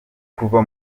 kuva